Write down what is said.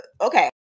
Okay